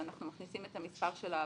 שאנחנו מכניסים את המספר של העברה,